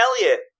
Elliott